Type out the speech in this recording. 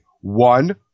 One